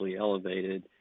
elevated